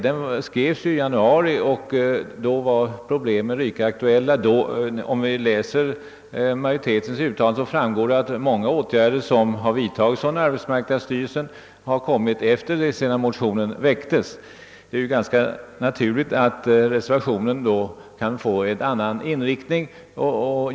Den skrevs i januari, och av utskottsmajoritetens utlåtande framgår, att många av de åtgärder som vidtagits av arbetsmarknadsstyrelsen har tillkommit efter det att motionen väcktes. Det är ju ganska naturligt att reservationen då får en annan inriktning.